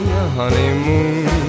honeymoon